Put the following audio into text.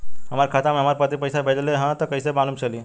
हमरा खाता में हमर पति पइसा भेजल न ह त कइसे मालूम चलि?